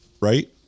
right